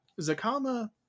Zakama